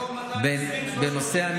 במקום 220, 300, אנחנו עכשיו בנושא המילואים.